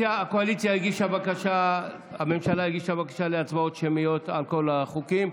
הממשלה הגישה בקשה להצבעות שמיות על כל החוקים,